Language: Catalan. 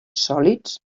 sòlids